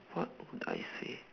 what would I say